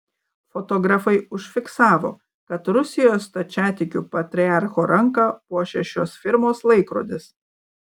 fotografai užfiksavo kad rusijos stačiatikių patriarcho ranką puošia šios firmos laikrodis